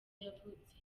yavutse